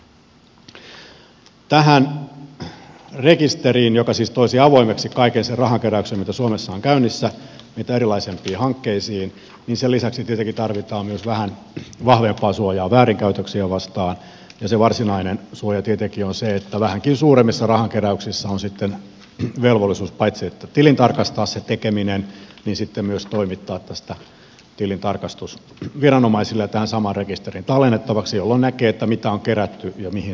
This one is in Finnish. tämän rekisterin lisäksi joka siis toisi avoimeksi kaiken sen rahankeräyksen mitä suomessa on käynnissä mitä erilaisimpiin hankkeisiin tietenkin tarvitaan myös vähän vahvempaa suojaa väärinkäytöksiä vastaan ja se varsinainen suoja tietenkin on se että vähänkin suuremmissa rahankeräyksissä on sitten velvollisuus paitsi tilintarkastaa se tekeminen myös toimittaa tästä tilintarkastus viranomaisille ja tähän samaan rekisteriin tallennettavaksi jolloin näkee mitä on kerätty ja mihin se raha on mennyt